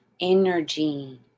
energy